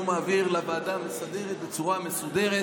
מעביר לוועדה המסדרת בצורה מסודרת.